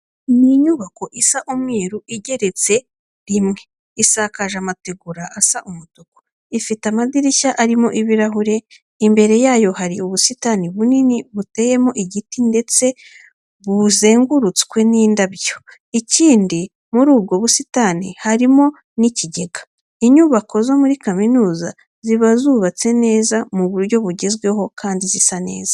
Ni inyubako isa umweru igeretse rimwe, isakaje amategura asa umutuku, ifite amadirishya arimo ibirahure. Imbere yayo hari ubusitani bunini buteyemo igiti ndetse buzengurutswe n'indabyo, ikindi muri ubwo busitani harimo n'ikigega. Inyubako zo muri kaminuza ziba zubatse neza mu buryo bugezweho kandi zisa neza.